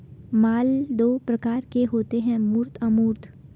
माल दो प्रकार के होते है मूर्त अमूर्त